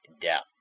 death